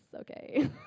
okay